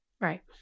Right